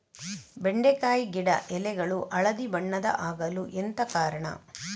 ಬೆಂಡೆಕಾಯಿ ಗಿಡ ಎಲೆಗಳು ಹಳದಿ ಬಣ್ಣದ ಆಗಲು ಎಂತ ಕಾರಣ?